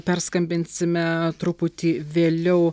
perskambinsime truputį vėliau